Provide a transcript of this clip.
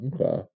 Okay